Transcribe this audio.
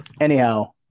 anyhow